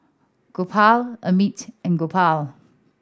Gopal Amit and Gopal